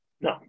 no